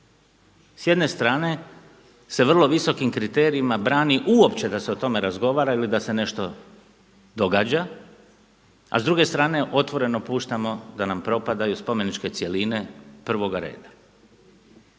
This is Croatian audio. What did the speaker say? S jedne strane se vrlo visokim kriterijima brani uopće da se o tome razgovara ili da se nešto događa a s druge strane otvoreno puštamo da nam propadaju spomeničke cjeline prvoga reda.